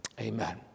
Amen